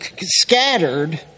scattered